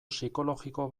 psikologiko